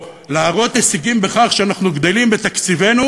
או להראות הישגים בכך שאנחנו גדלים בתקציבנו